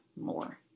more